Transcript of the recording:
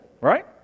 right